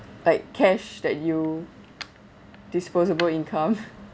like cash that you disposable income